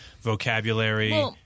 vocabulary